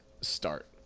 start